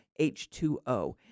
H2O